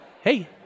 hey